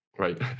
Right